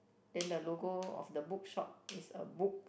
then the logo of the book shop is a book